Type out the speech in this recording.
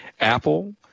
Apple